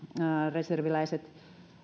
reserviläiset